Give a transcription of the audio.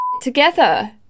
together